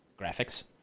Graphics